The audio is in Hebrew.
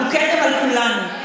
הוא כתם עלינו.